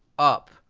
up,